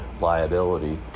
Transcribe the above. liability